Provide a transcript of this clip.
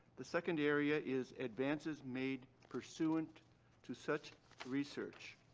the second area is advances made pursuant to such research.